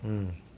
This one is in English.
mm